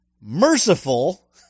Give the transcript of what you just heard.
merciful